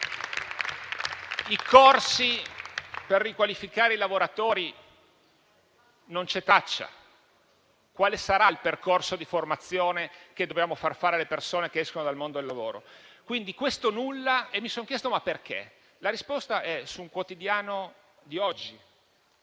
corsi per riqualificare i lavoratori non c'è traccia: quale sarà il percorso di formazione che dobbiamo far fare alle persone che escono dal mondo del lavoro? Mi sono quindi interrogato sulle ragioni di questo nulla e la risposta è su un quotidiano di oggi: